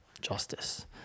justice